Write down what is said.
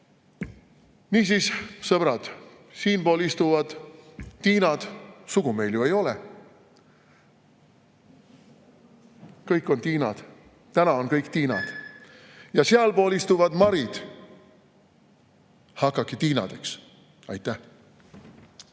Niisiis, sõbrad, siinpool istuvad Tiinad – sugu meil ju ei ole, kõik on Tiinad, täna on kõik Tiinad – ja sealpool istuvad Marid. Hakake Tiinadeks! Aitäh!